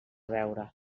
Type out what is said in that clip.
veure